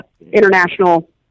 International